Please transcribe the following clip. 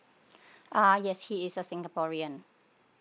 uh yes he is a singaporean